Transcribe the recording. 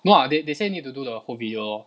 no lah they they say need to do the whole video lor